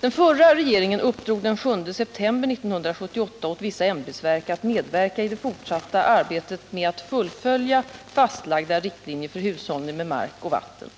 Den förra regeringen uppdrog den 7 september 1978 åt vissa ämbetsverk att medverka i det fortsatta arbetet med att fullfölja fastlagda riktlinjer för hushållning med mark och vatten.